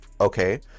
Okay